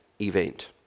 event